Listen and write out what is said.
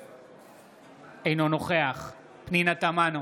אינו נוכח פנינה תמנו,